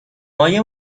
مایه